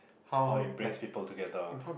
how it brings people together